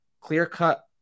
clear-cut